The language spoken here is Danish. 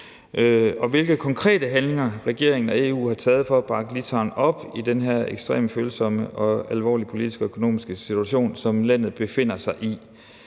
og hvilke konkrete handlinger regeringen og EU har foretaget for at bakke Litauen op i den her ekstremt følsomme og alvorlige politiske og økonomiske situation, som landet befinder sig i.